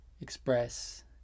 express